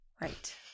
Right